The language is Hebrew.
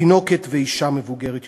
תינוקת ואישה מבוגרת יותר.